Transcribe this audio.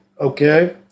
Okay